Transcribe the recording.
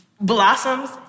blossoms